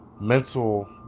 mental